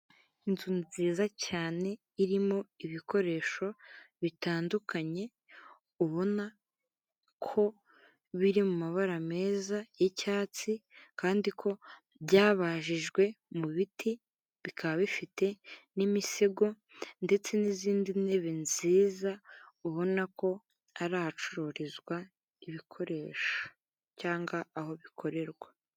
Inzu nziza cyane irimo ibikoresho bitandukanye ubona ko biri mu mabara meza y'icyatsi, kandi ko byabajijwe mu biti bikaba bifite n'imisego ndetse n'izindi ntebe nziza ubona ko ari ahacururizwa ibikoresho cyangwa aho bikorerwa.